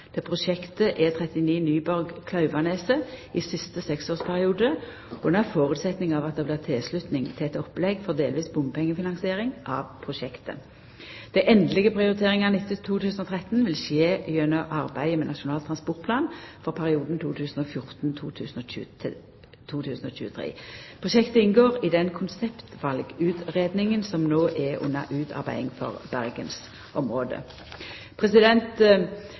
prosjektet E39 Nyborg–Klauvaneset i siste seksårsperiode under føresetnad av at det blir tilslutning til eit opplegg for delvis bompengefinansiering av prosjektet. Dei endelege prioriteringane etter 2013 vil skje gjennom arbeidet med Nasjonal transportplan for perioden 2014–2023. Prosjektet inngår i den konseptvalutgreiinga som no er under utarbeiding for